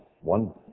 one